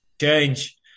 change